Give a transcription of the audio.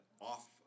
off